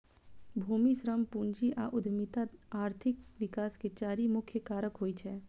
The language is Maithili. भूमि, श्रम, पूंजी आ उद्यमिता आर्थिक विकास के चारि मुख्य कारक होइ छै